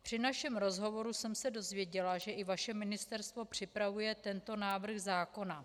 Při našem rozhovoru jsem se dozvěděla, že i vaše Ministerstvo připravuje tento návrh zákona.